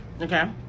Okay